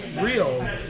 real